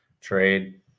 trade